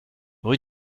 rue